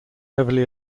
heavily